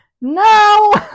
No